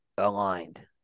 aligned